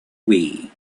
wii